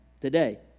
Today